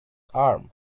arm